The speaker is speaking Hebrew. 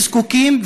הם זקוקים,